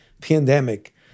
pandemic